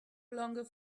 longer